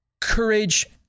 courage